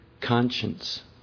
conscience